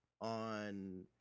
on